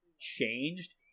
changed